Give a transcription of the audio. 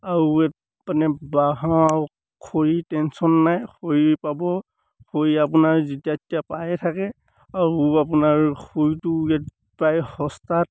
আৰু ৱেট মানে বাঁহ আৰু খৰি টেনচন নাই খৰি পাব খৰি আপোনাৰ যেতিয়া তেতিয়া পায়ে থাকে আৰু আপোনাৰ খৰিটো ইয়াত প্ৰায় সস্তাত